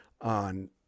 on